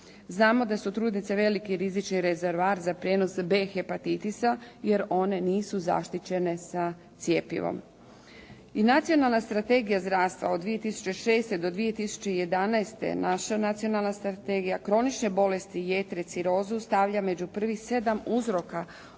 Znamo da su trudnice veliki rizični rezervar za prijenos B hepatitisa jer one nisu zaštićene sa cjepivom. I Nacionalna strategija zdravstva od 2006. do 2011. naša Nacionalna strategija kronične bolesti jetre i cirozu stavlja među prvih sedam uzroka smrti